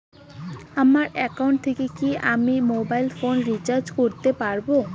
আমার একাউন্ট থেকে কি আমি মোবাইল ফোন রিসার্চ করতে পারবো?